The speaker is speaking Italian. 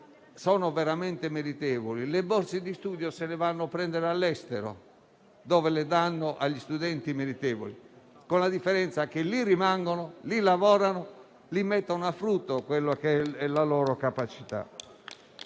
sono veramente meritevoli le borse di studio se le vanno a prendere all'estero, dove le danno agli studenti meritevoli; con la differenza che lì rimangono, lì lavorano e lì mettono a frutto le loro capacità.